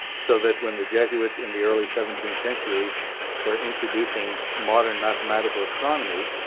so, that when the jesuits in the early seventeenth century were introducing modern mathematical astronomy,